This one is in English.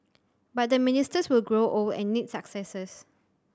but the ministers will grow old and need successors